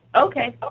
okay.